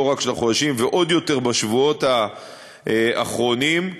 ועוד יותר בשבועות האחרונים,